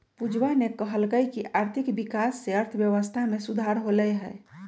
पूजावा ने कहल कई की आर्थिक विकास से अर्थव्यवस्था में सुधार होलय है